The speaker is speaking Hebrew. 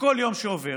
וכל יום שעובר,